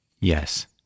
Yes